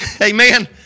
Amen